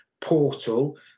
portal